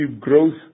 growth